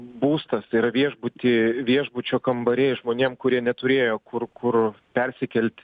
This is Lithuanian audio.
būstas yra viešbuty viešbučio kambariai žmonėm kurie neturėjo kur kur persikelt